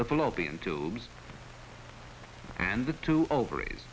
the fallopian tubes and the two ovaries